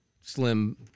Slim